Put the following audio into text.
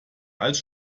als